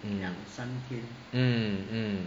mm